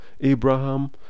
Abraham